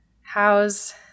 How's